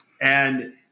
And-